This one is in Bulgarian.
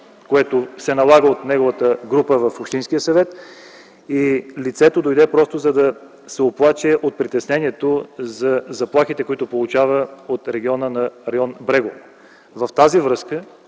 което се налага от неговата група в общинския съвет. Лицето дойде, за да се оплаче от притеснението и заплахите, които получава от региона на район Брегово. Във връзка